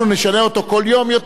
יותר טוב שנאמר: אתם יודעים מה?